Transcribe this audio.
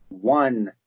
One